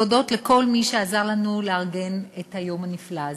להודות לכל מי שעזר לנו לארגן את היום הנפלא הזה,